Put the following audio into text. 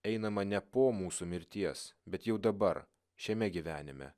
einama ne po mūsų mirties bet jau dabar šiame gyvenime